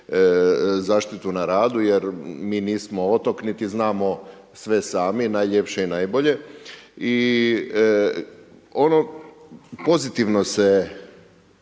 zaštitu na radu, jer mi nismo otok, niti znamo sve sami najljepše i najbolje. I ono pozitivno se